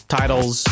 titles